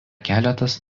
keletas